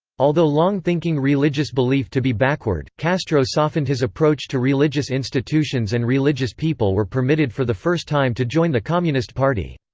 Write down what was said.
although long thinking religious belief to be backward, castro softened his approach to religious institutions and religious people were permitted for the first time to join the communist party.